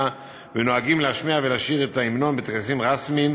ונוהגים להשמיע ולשיר את ההמנון בטקסים רשמיים.